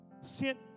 sent